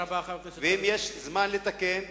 אם יש זמן לתקן,